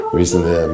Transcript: recently